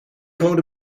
rode